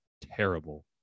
terrible